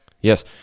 Yes